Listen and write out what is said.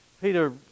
Peter